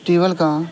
ٹیول کا